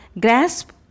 grasp